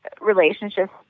relationships